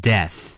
Death